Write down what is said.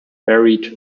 buried